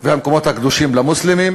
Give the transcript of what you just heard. והמקומות הקדושים למוסלמים,